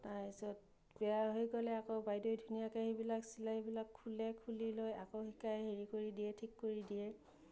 তাৰপিছত বেয়া হৈ গ'লে আকৌ বাইদেৱে ধুনীয়াকৈ সেইবিলাক চিলাইবিলাক খুলে খুলি আকৌ শিকাই হেৰি কৰি দিয়ে ঠিক কৰি দিয়ে